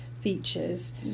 features